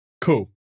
Cool